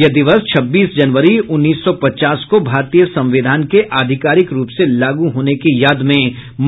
यह दिवस छब्बीस जनवरी उन्नीस सौ पचास को भारतीय संविधान के आधिकारिक रूप से लागू होने की याद में